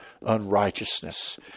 unrighteousness